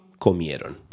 comieron